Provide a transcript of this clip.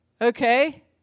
Okay